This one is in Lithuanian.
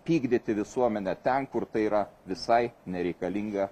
pykdyti visuomenę ten kur tai yra visai nereikalinga